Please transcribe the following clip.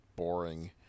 boring